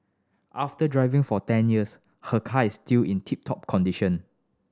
after driving for ten years her car is still in tip top condition